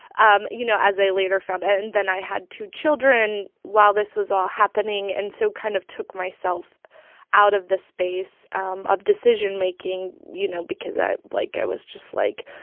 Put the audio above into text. um you know, as i later found out and then i had two children while this was all happening and so kind of took myself out of the space um of decision-making, you know, because i like, i was just, like,